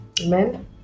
amen